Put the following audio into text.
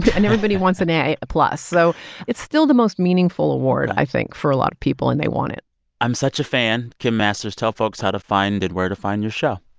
and everybody wants an a a plus. so it's still the most meaningful award, i think, for a lot of people. and they want it i'm such a fan. kim masters, tell folks how to find and where to find your show